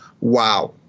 Wow